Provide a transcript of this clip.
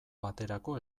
baterako